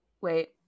wait